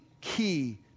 key